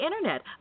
Internet